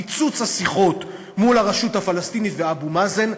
פיצוץ השיחות מול הרשות הפלסטינית ואבו מאזן,